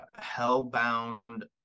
Hellbound